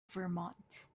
vermont